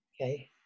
okay